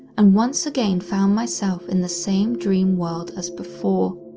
and once again found myself in the same dream world as before.